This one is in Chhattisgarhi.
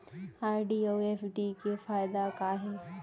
आर.डी अऊ एफ.डी के फायेदा का हे?